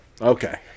okay